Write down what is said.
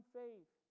faith